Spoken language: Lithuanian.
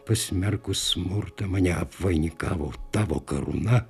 pasmerkus smurtą mane apvainikavo tavo karūna